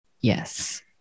yes